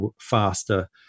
faster